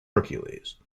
hercules